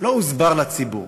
לא הוסבר לציבור.